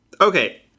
Okay